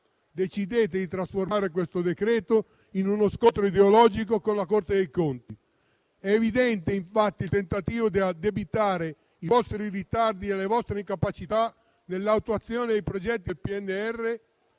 decidete di trasformare il presente decreto-legge in uno scontro ideologico con la Corte dei conti. È evidente, infatti, il tentativo di addebitare i vostri ritardi e le vostre incapacità nell'attuazione dei progetti del PNRR,